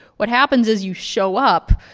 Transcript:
what happens is you show up,